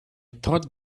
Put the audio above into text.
thought